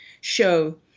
show